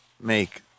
make